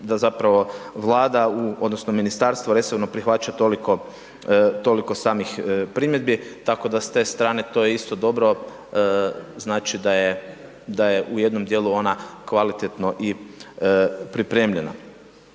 da zapravo Vlada odnosno Ministarstvo resorno prihvaća toliko, toliko samih primjedbi, tako da s te strane to je isto dobro, znači da je u jednom dijelu ona kvalitetno i pripremljena.